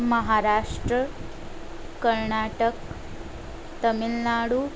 Maharashtra Karnataka Tamil Nadu